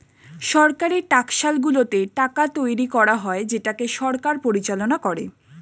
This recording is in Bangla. সরকারি টাকশালগুলোতে টাকা তৈরী করা হয় যেটাকে সরকার পরিচালনা করে